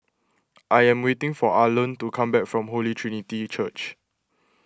I am waiting for Arlen to come back from Holy Trinity Church